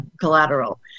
collateral